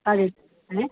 अरे हैं